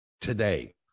today